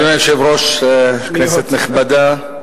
אדוני היושב-ראש, כנסת נכבדה,